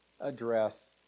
address